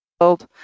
world